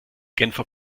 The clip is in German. genfer